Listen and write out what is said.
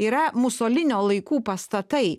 yra musolinio laikų pastatai